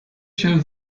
się